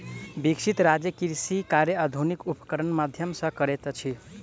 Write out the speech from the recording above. विकसित राज्य कृषि कार्य आधुनिक उपकरणक माध्यम सॅ करैत अछि